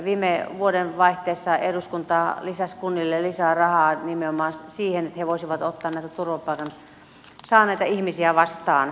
viime vuodenvaihteessa eduskunta lisäsi kunnille rahaa nimenomaan siihen että ne voisivat ottaa turvapaikan saaneita ihmisiä vastaan